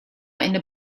eine